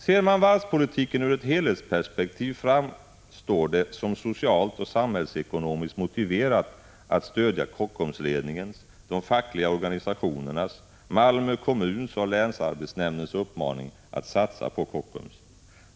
Ser man varvspolitiken i ett helhetsperspektiv framstår det dens uppmaning att satsa på Kockums.